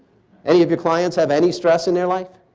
any of your clients have any stress in their life?